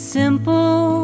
simple